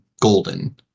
golden